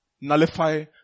nullify